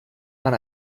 man